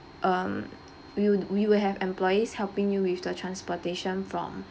um we will we will have employees helping you with the transportation from